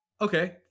Okay